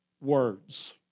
words